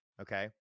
okay